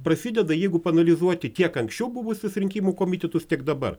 prasideda jeigu paanalizuoti kiek anksčiau buvusius rinkimų komitetus tiek dabar